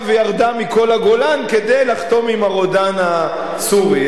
וירדה מכל הגולן כדי לחתום עם הרודן הסורי.